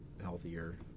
healthier